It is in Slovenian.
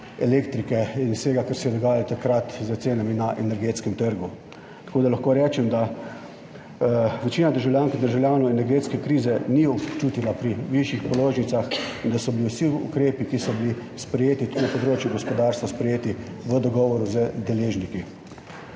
elektrike in vsega, kar se je dogajalo takrat s cenami na energetskem trgu. Tako da lahko rečem, da večina državljank in državljanov energetske krize ni občutila pri višjih položnicah in da so bili vsi ukrepi, ki so bili sprejeti na področju gospodarstva, sprejeti v dogovoru z deležniki.